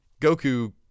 Goku